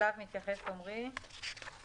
אליו מתייחס עמרי בן חורין.